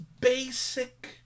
basic